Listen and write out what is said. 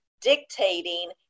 dictating